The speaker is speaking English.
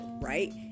right